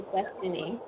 Destiny